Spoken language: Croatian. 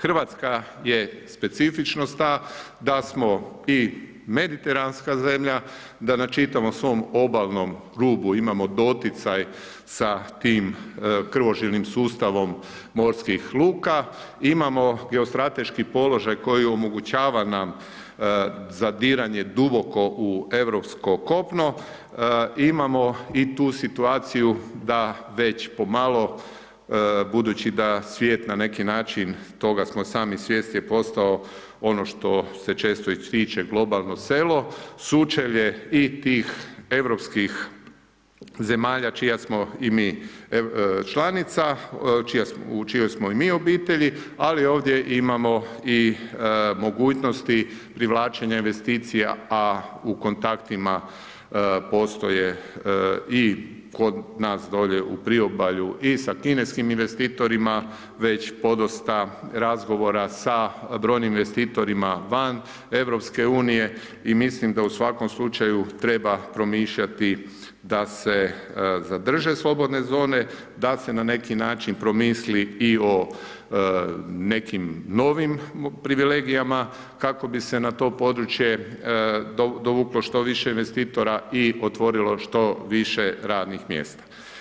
Hrvatska je, specifičnost ta, da smo i mediteranska zemlja, da na čitavom svom obalnom rubu imamo doticaj sa tim krvožilnim sustavom morskih luka, imamo geostrateški položaj koji omogućava nam zadiranje duboko u europsko kopno, imamo i tu situaciju da već pomalo, budući da svijet na neki način, toga smo i sami svjesni, je postao ono što se često ističe globalno selo, sučelje i tih europskih zemalja čija smo i mi članica, čija smo, u čijoj smo i mi obitelji, ali ovdje imamo i mogućnosti privlačenja investicija, a u kontaktima postoje i kod nas dolje u priobalju, i sa kineskim investitorima, već podosta razgovora sa brojnim investitorima van Europske unije, i mislim da u svakom slučaju treba promišljati da se zadrže slobodne zone, da se na neki način promisli i o nekim novim privilegijama kako bi se na to područje dovuklo što više investitora, i otvorilo što više radnih mjesta.